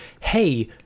hey